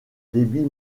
débit